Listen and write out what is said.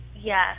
Yes